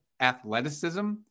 athleticism